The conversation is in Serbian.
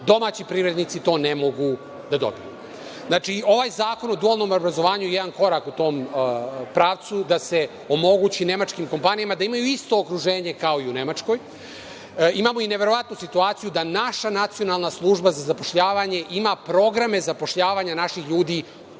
mestu. Domaći privrednici to ne mogu da dobiju. Znači, ovaj Zakon o dualnom obrazovanju je jedan korak u tom pravcu da se omogući nemačkim kompanijama, da imaju isto okruženje kao i u Nemačkoj. Imamo i neverovatnu situaciju da naša Nacionalna služba za zapošljavanje, ima programe zapošljavanja naših ljudi